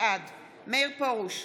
בעד מאיר פרוש,